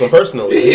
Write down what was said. personally